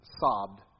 sobbed